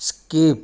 skip